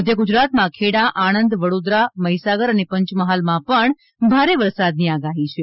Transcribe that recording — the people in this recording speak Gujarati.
મધ્ય ગુજરાતમાં ખેડા આણંદ વડોદરા મહીસાગર અને પંચમહાલમાં પણ ભારે વરસાદની આગાહી છે